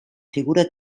figura